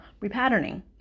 repatterning